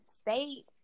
state